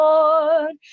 Lord